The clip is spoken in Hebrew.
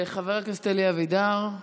חבר הכנסת אלי אבידר.